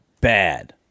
bad